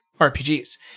RPGs